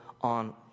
on